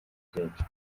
byinshi